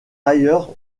ailleurs